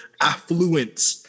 affluent